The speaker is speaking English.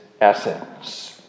essence